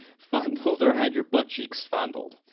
fondled or had your butt cheeks fondled.